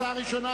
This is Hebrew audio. הצבעה ראשונה,